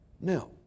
Now